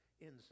inside